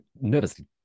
nervously